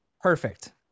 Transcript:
Perfect